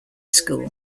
school